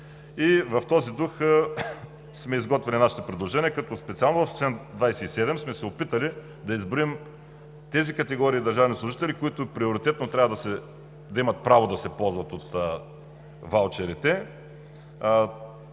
В този дух сме изготвили нашите предложения, като специално в чл. 27 сме се опитали да изброим тези категории държавни служители, които приоритетно трябва да имат право да се ползват от ваучерите.